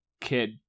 kid